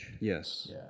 Yes